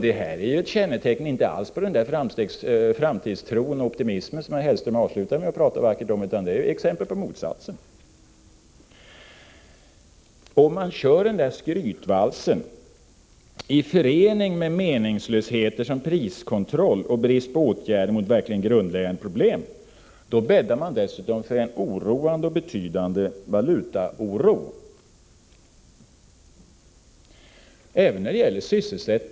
Detta är inte alls ett kännetecken på den framtidstro och optimism som herr Hellström avslutade med att prata vackert om, utan det är ett exempel på motsatsen. Om man kör denna skrytvals i förening med meningslösheter som priskontroll och brist på åtgärder mot verkligt grundläggande problem, bäddar man dessutom för en illavarslande och betydande valutaoro.